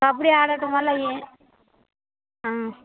కబడ్డీ ఆడటం వల్ల ఏం